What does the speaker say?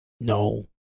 No